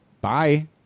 bye